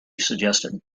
suggested